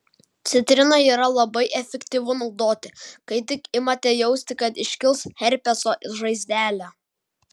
citrina yra labai efektyvu naudoti kai tik imate jausti kad iškils herpeso žaizdelė